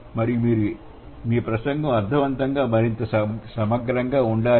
మరియు మీ ప్రసంగం అర్థంవంతంగా మరింత సమగ్రంగా ఉండాలి